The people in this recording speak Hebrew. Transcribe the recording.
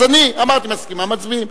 אז אני אמרתי: מסכימה, מצביעים.